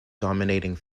dominating